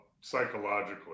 psychologically